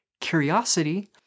curiosity